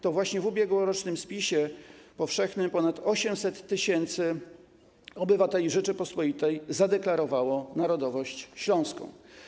To właśnie w ubiegłorocznym spisie powszechnym ponad 800 tys. obywateli Rzeczypospolitej zadeklarowało narodowość śląską.